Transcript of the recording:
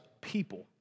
people